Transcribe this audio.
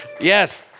Yes